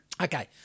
Okay